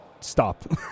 stop